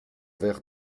verre